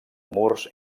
murs